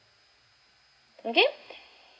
okay